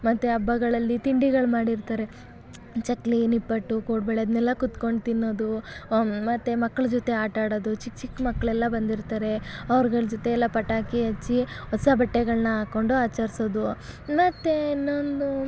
ಮತ್ತು ಹಬ್ಬಗಳಲ್ಲಿ ತಿಂಡಿಗಳು ಮಾಡಿರ್ತಾರೆ ಚಕ್ಕುಲಿ ನಿಪ್ಪಟ್ಟು ಕೋಡ್ಬಳೆ ಅದನ್ನೆಲ್ಲ ಕೂತ್ಕೊಂಡು ತಿನ್ನೋದು ಮತ್ತು ಮಕ್ಳ ಜೊತೆ ಆಟಾಡೋದು ಚಿಕ್ಕ ಚಿಕ್ಕ ಮಕ್ಕಳೆಲ್ಲ ಬಂದಿರ್ತಾರೆ ಅವ್ರ್ಗಳ ಜೊತೆ ಎಲ್ಲ ಪಟಾಕಿ ಹಚ್ಚಿ ಹೊಸ ಬಟ್ಟೆಗಳನ್ನ ಹಾಕ್ಕೊಂಡು ಆಚರಿಸೋದು ಮತ್ತು ಇನ್ನೊಂದು